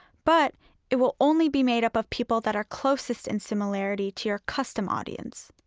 but it will only be made up of people that are closest in similarity to your custom audience.